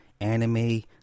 anime